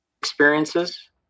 experiences